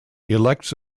elects